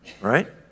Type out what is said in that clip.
right